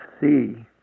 see